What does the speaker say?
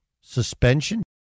suspension